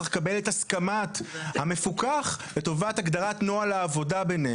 צריך לקבל את הסכמת המפוקח לטובת הגדרת נוהל העבודה בינים,